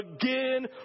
again